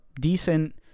decent